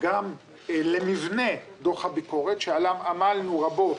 גם למבנה דוח הביקורת שעליו עמלנו רבות